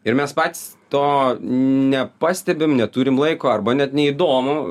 ir mes patys to nepastebim neturim laiko arba net neįdomu